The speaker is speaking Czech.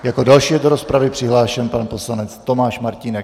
Jako další je do rozpravy přihlášen pan poslanec Tomáš Martínek.